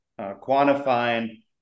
quantifying